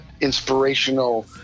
inspirational